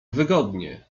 wygodnie